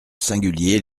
singulier